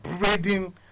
breeding